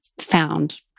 found